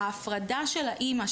ההפרדה של האימא,